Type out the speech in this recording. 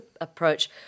approach